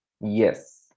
yes